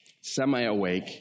semi-awake